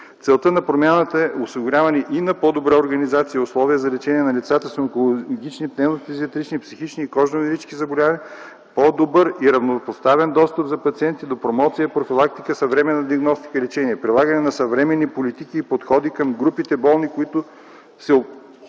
Целта на промяната е осигуряване и на по-добра организация и условия за лечение на лицата с онкологични, пневмофизиатрични, психични и кожно-венерически заболявания, по-добър и равнопоставен достъп за пациенти до промоция, профилактика, съвременна диагностика и лечение, прилагане на съвременни политики и подходи към групите болни, които се